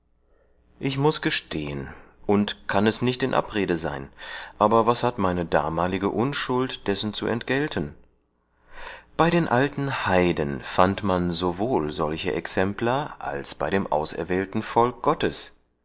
ich muß gestehen und kann es nicht in abrede sein aber was hat meine damalige unschuld dessen zu entgelten bei den alten heiden fand man sowohl solche exempla als bei dem auserwählten volk gottes